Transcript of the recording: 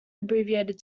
abbreviated